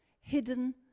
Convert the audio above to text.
hidden